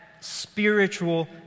spiritual